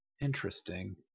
Interesting